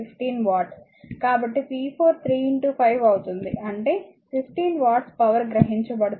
కాబట్టి p4 3 5 అవుతుంది అంటే 15 వాట్స్ పవర్ గ్రహించబడుతుంది